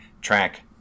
track